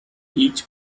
each